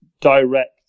direct